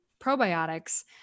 probiotics